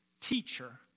teacher